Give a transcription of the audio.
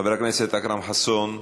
חבר הכנסת אכרם חסון,